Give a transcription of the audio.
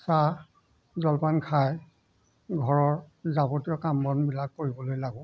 চাহ জলপান খাই ঘৰৰ যাৱতীয় কাম বনবিলাক কৰিবলৈ লাগো